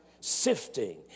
Sifting